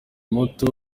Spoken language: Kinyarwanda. muto